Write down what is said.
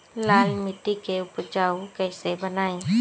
लाल मिट्टी के उपजाऊ कैसे बनाई?